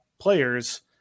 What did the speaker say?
players